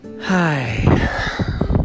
Hi